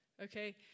Okay